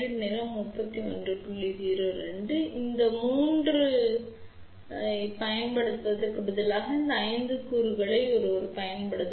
இப்போது 3 ஐப் பயன்படுத்துவதற்குப் பதிலாக இந்த 5 கூறுகளை ஒருவர் பயன்படுத்தலாம்